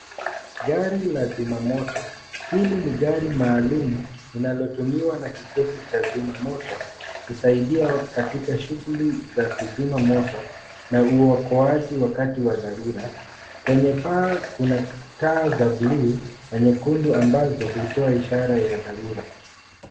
Gari la zima moto. Hili ni gari maalum linalotumiwa na kikosi cha wazima moto kusaidia katika shughuli za kuzima moto na uokoaji wakati wa dharura . Kwenye paa kuna taa za buluu na nyekundu ambazo hutoa ishara ya dharura.